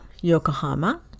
Yokohama